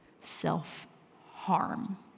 self-harm